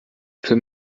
für